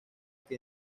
que